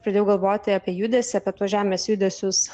pradėjau galvoti apie judesį apie tuos žemės judesius